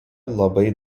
labai